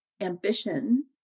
ambition